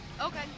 Okay